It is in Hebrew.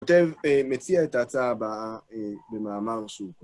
מוטב מציע את ההצעה הבאה במאמר שהוא.